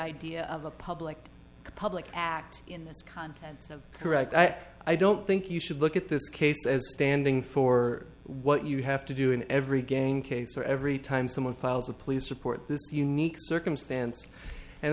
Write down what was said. idea of a public public act in this kind of correct i don't think you should look at this case as standing for what you have to do in every game case or every time someone files a police report this unique circumstance and